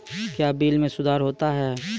क्या बिल मे सुधार होता हैं?